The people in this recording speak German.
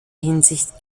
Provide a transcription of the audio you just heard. hinsicht